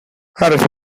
eres